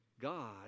God